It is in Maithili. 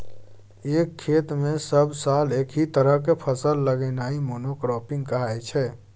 एक खेत मे सब साल एकहि तरहक फसल लगेनाइ मोनो क्राँपिंग कहाइ छै